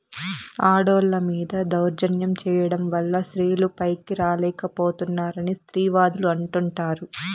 ఆడోళ్ళ మీద దౌర్జన్యం చేయడం వల్ల స్త్రీలు పైకి రాలేక పోతున్నారని స్త్రీవాదులు అంటుంటారు